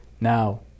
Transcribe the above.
Now